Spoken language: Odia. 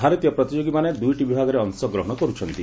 ଭାରତୀୟ ପ୍ରତିଯୋଗୀମାନେ ଦୁଇଟି ବିଭାଗରେ ଅଂଶଗ୍ରହଣ କରୁଛନ୍ତି